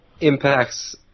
impacts